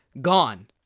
gone